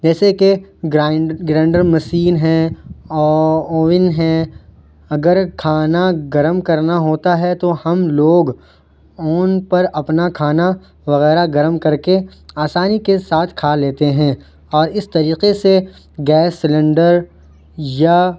جیسے کہ grind grinder machine ہیں اور اوون ہیں اگر کھانا گرم کرنا ہوتا ہے تو ہم لوگ اوون پر اپنا کھانا وغیرہ گرم کر کے آسانی کے ساتھ کھا لیتے ہیں اور اس طریقے سے گیس سلنڈر یا